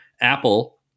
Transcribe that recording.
Apple